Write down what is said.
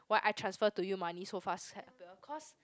why I transfer to you money so fast cause